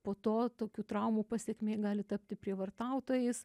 po to tokių traumų pasekmė gali tapti prievartautojais